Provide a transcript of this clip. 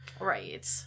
right